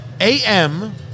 A-M